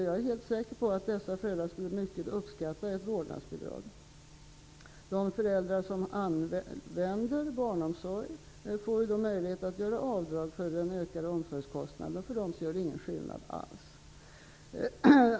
Jag är helt säker på att dessa föräldrar skulle uppskatta ett vårdnadsbidrag mycket. De föräldrar som använder barnomsorg får möjlighet att göra avdrag för den ökade omsorgskostnaden. För dem gör det ingen skillnad alls.